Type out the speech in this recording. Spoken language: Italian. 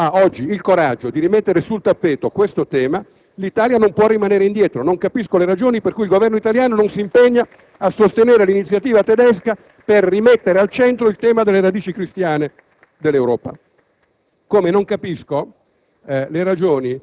Credo che se la Germania ha oggi il coraggio di rimettere sul tappeto questo tema l'Italia non può rimanere indietro. *(Applausi dai Gruppi UDC e FI).* Non capisco le ragioni per cui il Governo italiano non si impegna a sostenere l'iniziativa tedesca per rimettere al centro il tema delle radici cristiane dell'Europa,